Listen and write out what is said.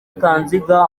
kanziga